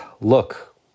look